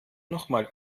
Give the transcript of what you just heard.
nochmal